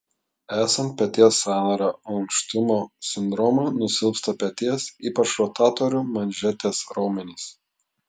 esant peties sąnario ankštumo sindromui nusilpsta peties ypač rotatorių manžetės raumenys